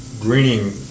Greening